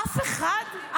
אף אחד?